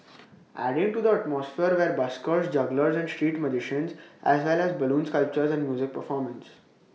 adding to the atmosphere were buskers jugglers and street magicians as well as balloon sculptures and music performances